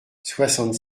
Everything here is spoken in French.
soixante